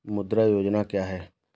मुद्रा योजना क्या है?